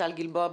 טל גלבוע,